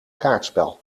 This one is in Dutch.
kaartspel